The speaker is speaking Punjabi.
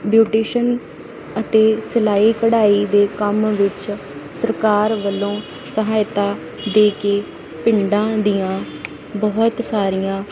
ਬਿਊਟੀਸ਼ਨ ਅਤੇ ਸਿਲਾਈ ਕਢਾਈ ਦੇ ਕੰਮ ਵਿੱਚ ਸਰਕਾਰ ਵੱਲੋਂ ਸਹਾਇਤਾ ਦੇ ਕੇ ਪਿੰਡਾਂ ਦੀਆਂ ਬਹੁਤ ਸਾਰੀਆਂ